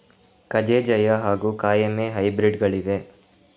ಕಜೆ ಜಯ ಹಾಗೂ ಕಾಯಮೆ ಹೈಬ್ರಿಡ್ ಗಳಿವೆಯೇ?